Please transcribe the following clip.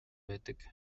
байдаг